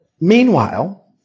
Meanwhile